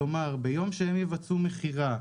כלומר ביום שהם יבצעו מכירה,